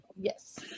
yes